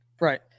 Right